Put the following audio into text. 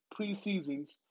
preseasons